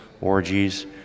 orgies